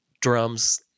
drums